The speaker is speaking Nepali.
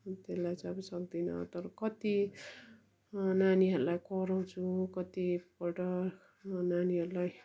त्यसलाई चाहिँ अब सक्दिनँ तर कति नानीहरूलाई कराउँछु कतिपल्ट म नानीहरूलाई